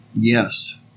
Yes